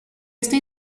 este